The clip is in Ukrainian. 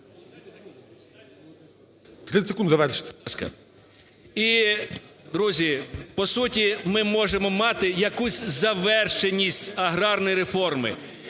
І, друзі, по суті, ми можемо мати якусь завершеність аграрної реформи.